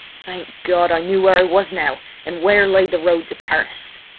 thank god! i knew where i was now and where lay the road to paris!